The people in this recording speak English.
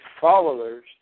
followers